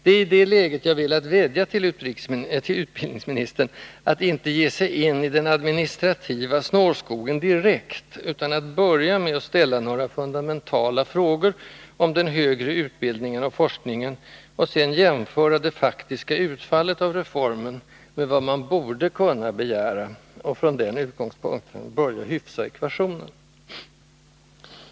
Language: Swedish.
Det är i det läget jag velat vädja till utbildningsministern att inte ge sig in i den administrativa snårskogen direkt, utan att börja med att ställa några fundamentala frågor om den högre utbildningen och forskningen och sedan jämföra det faktiska utfallet av reformen med vad man borde kunna begära, och från den utgångspunkten börja hyfsa ekvationen.